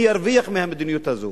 מי ירוויח מהמדיניות הזאת,